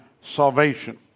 salvation